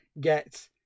get